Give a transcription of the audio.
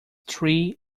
three